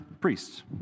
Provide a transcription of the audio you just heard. priests